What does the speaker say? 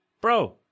bro